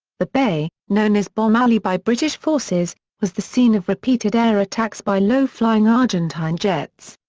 the bay, known as bomb alley by british forces, was the scene of repeated air attacks by low-flying argentine jets.